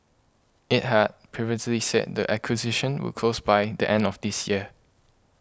it had previously said the acquisition would close by the end of this year